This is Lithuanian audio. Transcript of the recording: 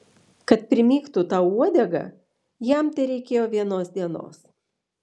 kad primygtų tau uodegą jam tereikėjo vienos dienos